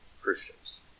Christians